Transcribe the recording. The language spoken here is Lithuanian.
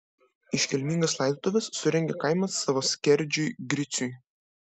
iškilmingas laidotuves surengė kaimas savo skerdžiui griciui